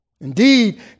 Indeed